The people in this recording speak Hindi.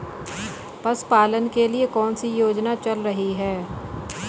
पशुपालन के लिए कौन सी योजना चल रही है?